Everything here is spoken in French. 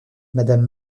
madame